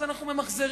אז אנחנו ממחזרים,